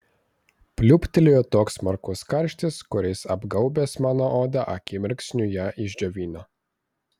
pliūptelėjo toks smarkus karštis kuris apgaubęs mano odą akimirksniu ją išdžiovino